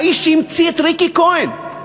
האיש שהמציא את ריקי כהן,